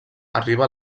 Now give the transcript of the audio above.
arriba